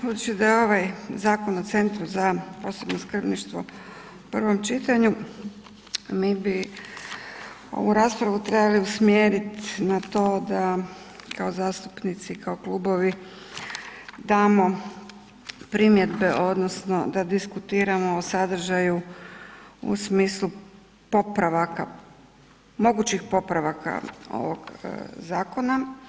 Budući da je ovaj Zakon o Centru za posebno skrbništvo u prvom čitanju mi bi ovu raspravu trebali usmjeriti na to da kao zastupnici kao klubovi damo primjedbe odnosno da diskutiramo o sadržaju u smislu mogućih popravaka ovog zakona.